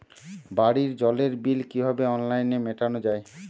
বাড়ির জলের বিল কিভাবে অনলাইনে মেটানো যায়?